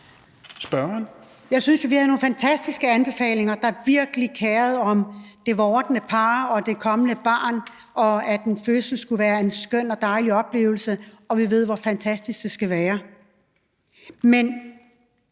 Jeg synes, vi havde nogle fantastiske anbefalinger, hvor man virkelig kerede sig om det vordende forældrepar og det kommende barn, i forhold til at en fødsel skulle være en skøn og dejlig oplevelse, og vi ved, hvor fantastisk det skal være. Men